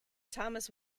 thomas